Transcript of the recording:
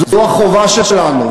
זו החובה שלנו.